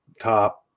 top